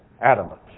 adamant